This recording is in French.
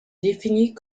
définit